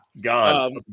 gone